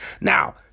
Now